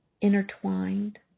intertwined